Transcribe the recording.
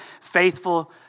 faithful